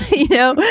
you know.